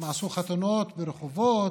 הם עשו חתונות ברחובות,